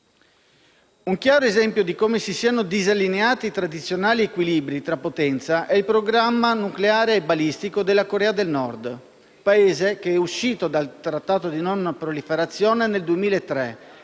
Un chiaro esempio di come si siano disallineati i tradizionali equilibri tra potenze è il programma nucleare e balistico della Corea del Nord, Paese che è uscito dal Trattato di non proliferazione nucleare